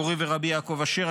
מורי ורבי יעקב אשר,